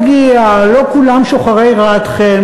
להרגיע, לא כולם שוחרי רעתכם.